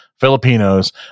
Filipinos